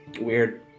Weird